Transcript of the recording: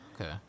Okay